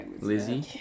Lizzie